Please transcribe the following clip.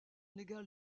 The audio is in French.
légal